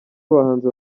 abahanzi